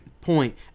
point